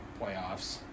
playoffs